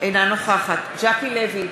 נוכחת ז'קי לוי,